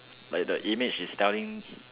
like the image is telling